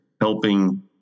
helping